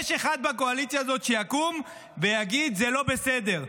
יש אחד בקואליציה הזאת שיקום ויגיד: זה לא בסדר,